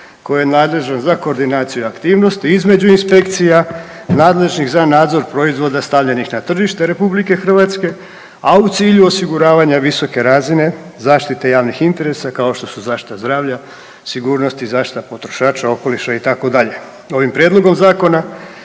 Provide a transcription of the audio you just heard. koje je nadležno za koordinaciju aktivnosti između inspekcija nadležnih za nadzor proizvoda stavljenih na tržište RH, a u cilju osiguravanja visoke razine zaštite javnih interesa, kao što su zaštita zdravlja, sigurnost i zaštita potrošača, okoliša, itd. Ovim Prijedlogom zakona